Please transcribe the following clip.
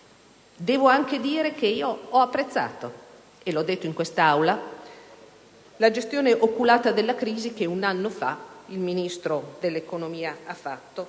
Devo anche dire che ho apprezzato - l'ho detto in quest'Aula - la gestione oculata della crisi che un anno fa fece il Ministro dell'economia.